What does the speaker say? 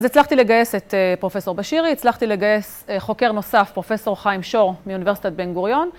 אז הצלחתי לגייס את פרופ' בשירי, הצלחתי לגייס חוקר נוסף פרופ' חיים שור מאוניברסיטת בן גוריון.